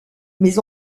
mais